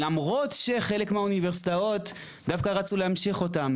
למרות שחלק מהאוניברסיטאות דווקא רצו להמשיך אותם,